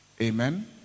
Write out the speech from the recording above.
Amen